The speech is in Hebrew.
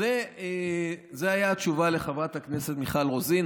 זו הייתה התשובה לחברת הכנסת מיכל רוזין,